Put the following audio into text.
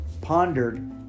pondered